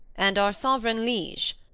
and our sovereign liege,